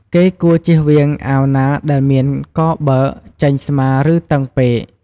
គេគួរជៀសវាងអាវណាដែលមានកបើក ចេញស្មា ឬ តឹងពេក។